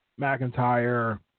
McIntyre